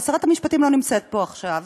ושרת המשפטים לא נמצאת פה עכשיו,